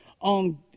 on